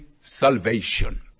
salvation